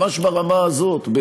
ממש ברמה הזאת,